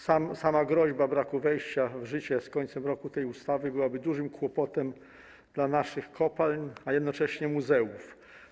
Sama groźba braku wejścia w życie z końcem roku tej ustawy byłaby dużym kłopotem dla naszych kopalń, a jednocześnie muzeów.